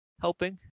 helping